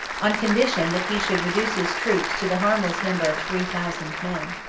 on condition that he should reduce his troops to the harmless number of three thousand men.